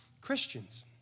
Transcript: Christians